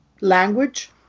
language